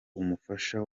umufasha